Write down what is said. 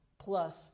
plus